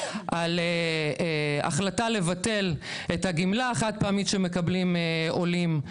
על החלטה לבטל את הגמלה החד פעמית שמקבלים עולים,